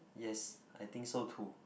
yes I think so too